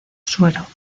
suero